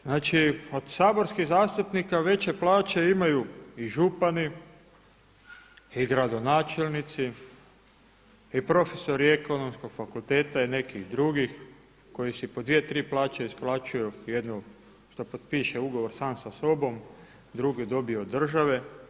Znači od saborskih zastupnika veće plaće imaju i župani i gradonačelnici i profesori Ekonomskog fakulteta i nekih drugih koji si po dvije, tri plaće isplaćuju jednu šta potpiše ugovor sam sa sobom, drugi dobije od države.